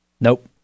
Nope